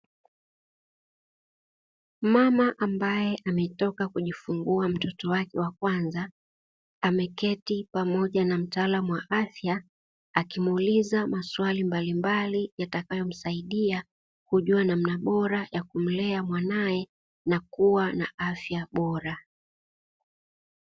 Mama ambaye ametoka kujifungua mtoto wake wa kwanza, ameketi pamoja na mtaalamu wa afya akimuuliza maswali mbalimbali yatakayomsaidia kujua namna bora ya kumlea mwanaye na kuwa na afya bora.